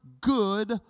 good